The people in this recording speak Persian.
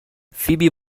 فیبی